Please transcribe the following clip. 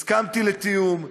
הסכמתי לתיאום.